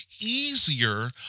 easier